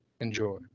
Enjoy